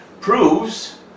proves